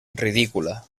ridícula